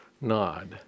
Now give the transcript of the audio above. nod